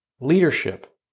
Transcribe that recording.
leadership